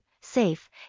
safe